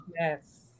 yes